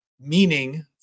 meaning